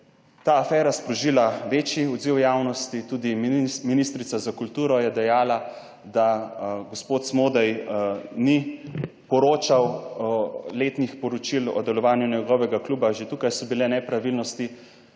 ta afera sprožila večji odziv javnosti, tudi ministrica za kulturo je dejala, da gospod Smodej ni poročal o letnih poročil o delovanju njegovega kluba, že tukaj so bile nepravilnosti.